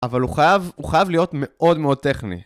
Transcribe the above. אבל הוא חייב להיות מאוד מאוד טכני.